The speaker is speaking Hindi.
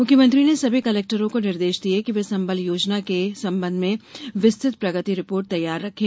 मुख्मंत्री ने सभी कलेक्टरों को निर्देश दिये कि वे संबल योजना के संबंध में विस्तृत प्रगति रिपोर्ट तैयार रखें